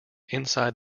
inside